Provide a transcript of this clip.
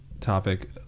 topic